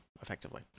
effectively